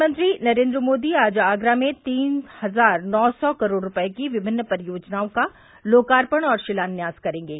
प्रधानमंत्री नरेन्द्र मोदी आज आगरा में तीन हजार नौ सौ करोड़ रूपये की विभिन्न परियोजनाओं का लोकार्पण और शिलान्यास करेंगे